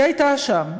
היא הייתה שם.